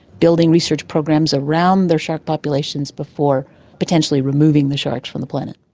building research programs around their shark populations before potentially removing the sharks from the planet.